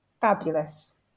fabulous